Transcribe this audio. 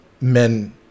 men